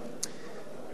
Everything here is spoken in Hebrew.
חברי הכנסת,